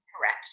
Correct